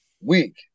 week